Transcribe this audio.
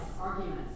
arguments